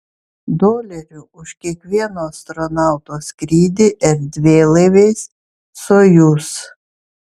dolerių už kiekvieno astronauto skrydį erdvėlaiviais sojuz